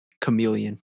Chameleon